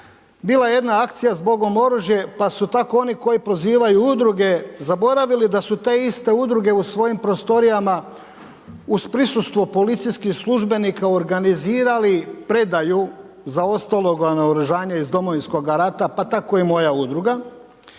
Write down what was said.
bila jedna akcija „Zbogom oružje“ pa su tako oni koji prozivaju udruge zaboravili da su te iste udruge u svojim prostorijama uz prisustvo policijskih službenika organizirali predaju zaostaloga naoružanja iz Domovinskoga rata, pa tako i moja udruga.